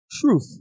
truth